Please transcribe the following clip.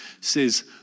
says